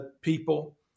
people